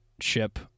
ship